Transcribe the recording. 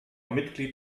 mitglied